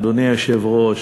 אדוני היושב-ראש,